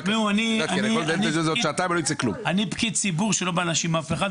אני פקיד ציבור שלא בא להאשים אף אחד,